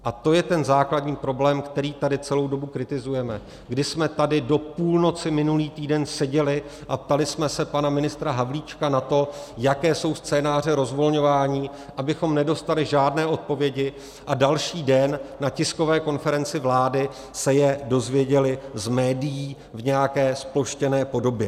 A to je ten základní problém, který tady celou dobu kritizujeme, kdy jsme tady do půlnoci minulý týden seděli a ptali jsme se pana ministra Havlíčka na to, jaké jsou scénáře rozvolňování, abychom nedostali žádné odpovědi a další den na tiskové konferenci vlády se je dozvěděli z médií v nějaké zploštěné podobě.